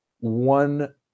one